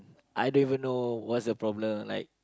I don't even know what's the problem like